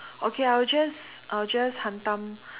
okay I will just I will just hentam